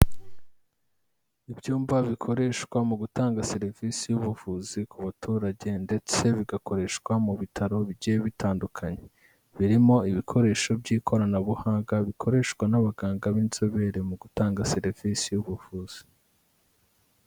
Ibyumba bikoreshwa mu gutanga serivisi y'ubuvuzi ku baturage ndetse bigakoreshwa mu bitaro bigiye bitandukanye, birimo ibikoresho by'ikoranabuhanga bikoreshwa n'abaganga b'inzobere mu gutanga serivisi y'ubuvuzi.